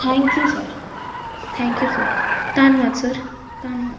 thank you sir thank you sir ਧੰਨਵਾਦ sir ਧੰਨਵਾਦ